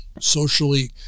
socially